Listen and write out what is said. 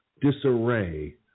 disarray